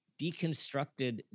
deconstructed